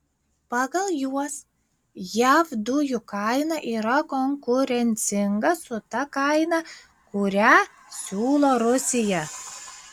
pagal juos jav dujų kaina yra konkurencinga su ta kaina kurią siūlo rusija